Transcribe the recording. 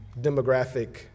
demographic